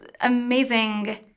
amazing